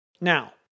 Now